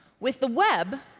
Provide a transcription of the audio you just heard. with the web,